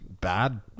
bad